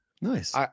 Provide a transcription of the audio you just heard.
Nice